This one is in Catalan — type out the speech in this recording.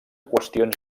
qüestions